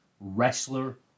Wrestler